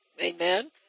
Amen